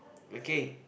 okay